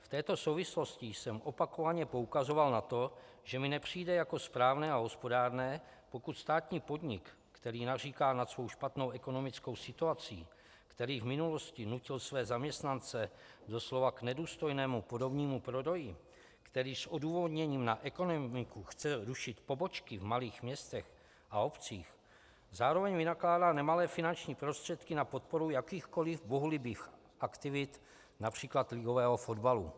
V této souvislosti jsem opakovaně poukazoval na to, že mi nepřijde jako správné a hospodárné, pokud státní podnik, který naříká nad svou špatnou ekonomickou situací, který v minulosti nutil své zaměstnance doslova k nedůstojnému podomnímu prodeji, který s odůvodněním na ekonomiku chce rušit pobočky v malých městech a obcích, zároveň vynakládá nemalé finanční prostředky na podporu jakýchkoliv bohulibých aktivit, například ligového fotbalu.